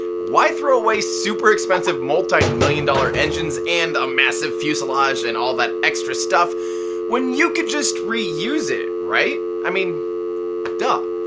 why throw away super expensive multi-million dollar engines and a massive fuselage and all that extra stuff when you could just reuse it, right? i mean duh!